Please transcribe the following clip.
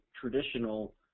traditional